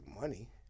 money